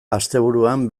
asteburuan